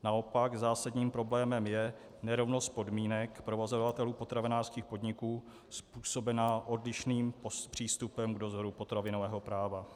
Naopak zásadním problémem je nerovnost podmínek provozovatelů potravinářských podniků způsobená odlišným přístupem k dozoru potravinového práva.